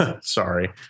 Sorry